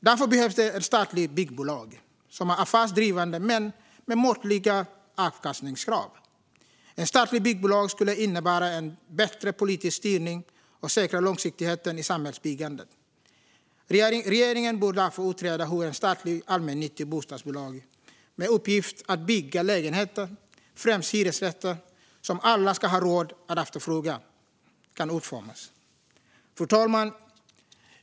Därför behövs det ett statligt byggbolag som är affärsdrivande men med måttliga avkastningskrav. Ett statligt byggbolag skulle innebära en bättre politisk styrning och säkra långsiktigheten i samhällsbyggandet. Regeringen bör därför utreda hur ett statligt allmännyttigt bostadsbolag med uppgift att bygga lägenheter - främst hyresrätter - som alla ska ha råd att efterfråga kan utformas. Fru talman!